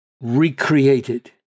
recreated